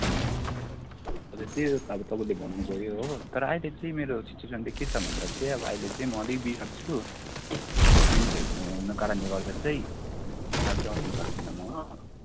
हजुर अन्त त्यो अब तपाईँले भन्नुभयो हो तर अहिले चाहिँ मेरो सिच्युएसन चाहिँ के छ भन्दा चाहिँ अब अहिले चाहिँ म अलिक बिमार छु बिमार भएको हुना कारणले गर्दा चाहिँ अहिले चाहिँ आउनु पाएको छुइनँ म हो